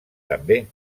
també